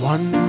One